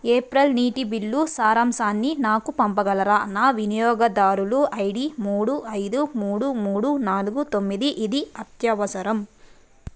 April నీటి bill సారాంశాన్ని నాకు పంపగలరా నా వినియోగదారులు ఐడి మూడు ఐదు మూడు మూడు నాలుగు తొమ్మిది ఇది అత్యవసరం